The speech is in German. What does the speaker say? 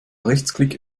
rechtsklick